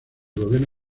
gobierno